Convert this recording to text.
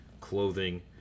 clothing